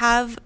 have